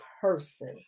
person